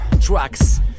tracks